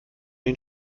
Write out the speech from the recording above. den